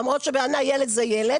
למרות שבעיניי ילד זה ילד.